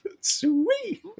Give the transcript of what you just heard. sweet